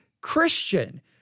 Christian